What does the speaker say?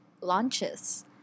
launches